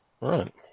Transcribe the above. right